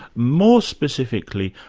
more specifically,